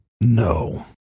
No